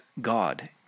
God